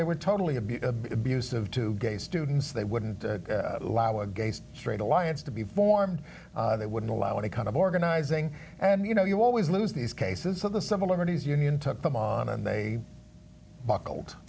they were totally a beaut abusive to gay students they wouldn't allow against straight alliance to be formed they wouldn't allow any kind of organizing and you know you always lose these cases so the civil liberties union took them on and they buckled